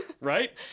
Right